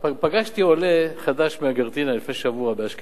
פגשתי עולה חדש מארגנטינה לפני שבוע, באשקלון.